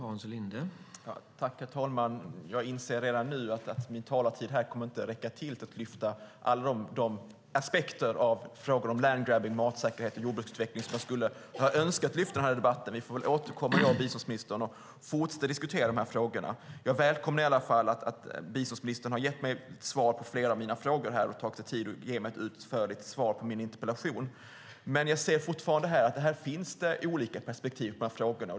Herr talman! Jag inser redan nu att min talartid inte kommer att räcka till för att lyfta upp alla de aspekter på frågor om landgrabbing, matsäkerhet och jordbruksutveckling som jag hade önskat lyfta upp i debatten. Vi får väl, biståndsministern och jag, återkomma och fortsätta diskutera de här frågorna. Jag välkomnar i alla fall att biståndsministern har gett mig svar på flera av mina frågor och har tagit sig tid med att ge mig ett utförligt svar på min interpellation. Men jag ser fortfarande att det finns olika perspektiv på frågorna.